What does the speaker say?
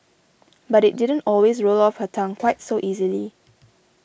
but it didn't always roll off her tongue quite so easily